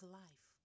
life